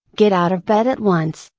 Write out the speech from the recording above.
get out of bed at once.